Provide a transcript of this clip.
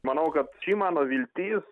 manau kad ši mano viltis